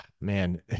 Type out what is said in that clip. man